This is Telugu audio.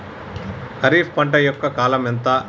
ఖరీఫ్ పంట యొక్క కాలం ఎంత?